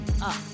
up